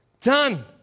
Done